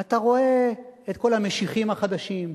אתה רואה את כל המשיחים החדשים,